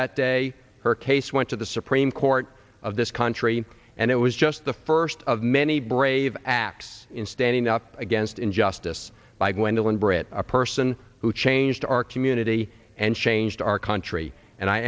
that day her case went to the supreme court of this country and it was just the first of many brave acts in standing up against injustice by gwendolyn britt a person who changed our community and changed our country and i